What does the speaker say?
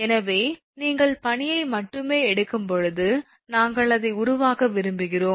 எனவே நீங்கள் பனியை மட்டுமே எடுக்கும்போது நாங்கள் அதை உருவாக்க விரும்புகிறோம்